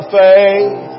faith